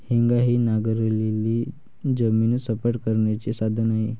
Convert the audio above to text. हेंगा हे नांगरलेली जमीन सपाट करण्याचे साधन आहे